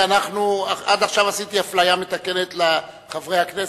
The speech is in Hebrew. עד עכשיו עשיתי אפליה מתקנת לחברי הכנסת,